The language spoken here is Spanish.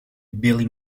billie